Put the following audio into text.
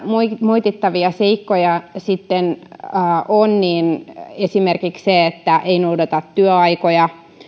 moitittavia seikkoja sitten ovat esimerkiksi se että ei noudata työaikoja